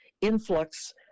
influx